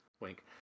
Wink